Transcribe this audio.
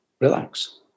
relax